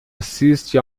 assiste